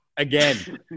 Again